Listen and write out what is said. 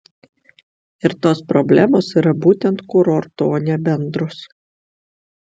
ir tos problemos yra būtent kurortų o ne bendros